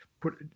put